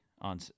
on